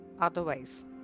otherwise